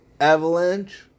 Avalanche